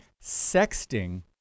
Sexting